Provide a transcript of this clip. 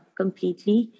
completely